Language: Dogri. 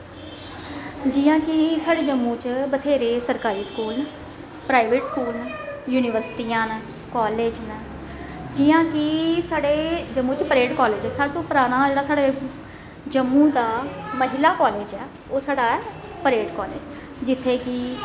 जि'यां कि साढ़े जम्मू च बथेरे सरकारी स्कूल प्राइवेट स्कूल यूनिबर्सिटी न कालेज न जि'यां कि साढ़े जम्मू च प्रैड कालेज ऐ सारे तो पराना जेह्ड़ा साढ़े जम्मू दा महिला कालेज ऐ ओह् साढ़े ऐ प्रेड कालेज जित्थै कि